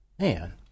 Man